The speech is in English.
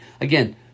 Again